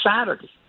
Saturday